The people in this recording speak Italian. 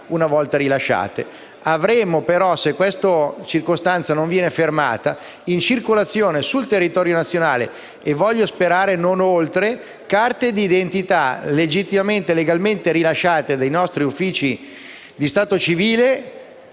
una volta rilasciate. Invece, se questa circostanza non verrà fermata, avremo in circolazione sul territorio nazionale - e voglio sperare non oltre - carte di identità legalmente rilasciate dai nostri uffici di stato civile;